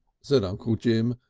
said uncle jim,